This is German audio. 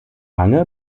lange